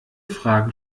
fragen